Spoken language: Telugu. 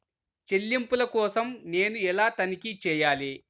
చెల్లింపుల కోసం నేను ఎలా తనిఖీ చేయాలి?